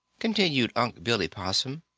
continued une' billy possum,